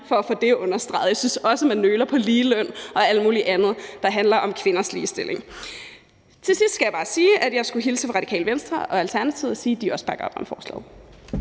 for at få det understreget. Jeg synes også, at man nøler i forbindelse med ligeløn og alt mulig andet, der handler om kvinders ligestilling. Til sidst skal jeg bare sige, at jeg skulle hilse fra Radikale Venstre og Alternativet og sige, at de også bakker op om forslaget.